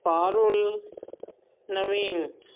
پارل Naveen